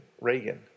Reagan